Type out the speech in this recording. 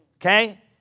Okay